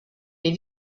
les